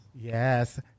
Yes